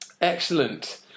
Excellent